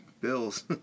bills